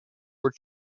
were